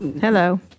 Hello